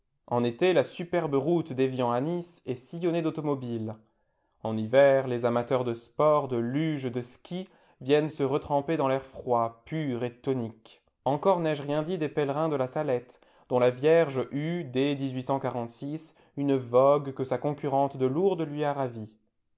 en été la superbe route d'evian à nice est sillonnée d'automobiles en hiver les amateurs de sports de luges de skis viennent se retremper dans l'air froid pur et tonique encore n'ai-je rien dit des pèlerins de la salette dont la vierge eut dès une vogue que sa concurrente de lourdes lui a ravie